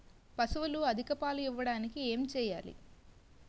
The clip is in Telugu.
పశువులు అధిక పాలు ఇవ్వడానికి ఏంటి చేయాలి